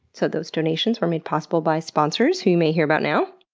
so those donations were made possible by sponsors, who you may hear about now.